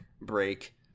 break